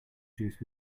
juice